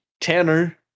Tanner